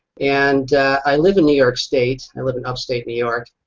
and i live in new york state. i live in upstate new york.